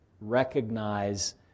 recognize